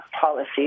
policy